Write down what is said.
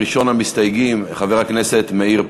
ראשון המסתייגים, חבר הכנסת מאיר פרוש.